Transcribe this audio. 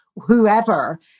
whoever